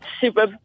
super